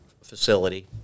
facility